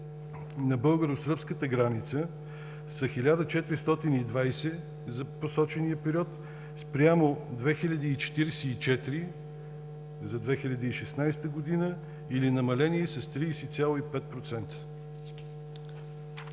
на българо-сръбската граница са 1420 за посочения период спрямо 2044 за 2016 г. или намаление с 30,5 %.